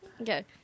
Okay